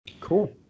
Cool